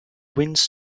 winds